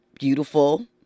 Beautiful